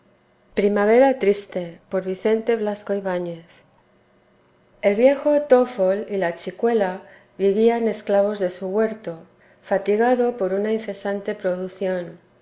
primavera triste el viejo tfol y la chicuela vivían esclavos de su huerto fatigado por una incesante producción